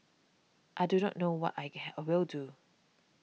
I do not know what I can I will do